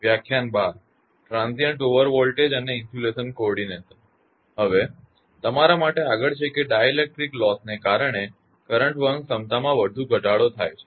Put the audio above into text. હવે તમારા માટે આગળ છે કે ડાઇલેક્ટ્રિક લોસ ને કારણે કરંટ વહન ક્ષમતામાં વધુ ઘટાડો થાય છે